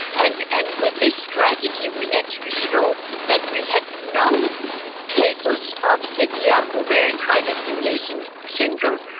and and with this strategy we actually showed that we had no cases of severe ovarian hyperstimulation syndrome,